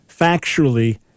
factually